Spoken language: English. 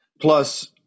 Plus